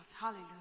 Hallelujah